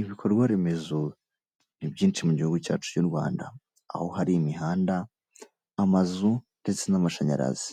Ibikorwa remezo nibyinshi mu gihugu cyacu cy'u Rwanda aho hari imihanda, amazu ndetse n'amashanyarazi.